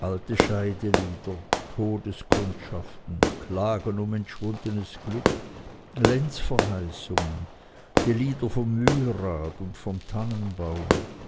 alte scheidelieder todeskundschaften klagen um entschwundenes glück lenzverheißungen die lieder vom mühlrad und vom